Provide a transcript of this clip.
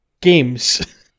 games